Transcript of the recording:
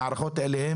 ההערכות האלה,